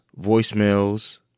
voicemails